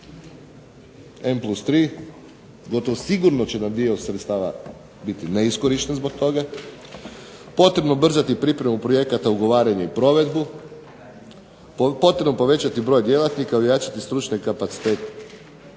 N plus tri, gotovo sigurno će nam dio sredstava biti neiskorišten zbog toga, potrebno ubrzati pripremu projekata ugovaranje i provedbu, potrebno povećati broj djelatnika i ojačati stručne kapacitete.